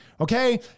Okay